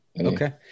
okay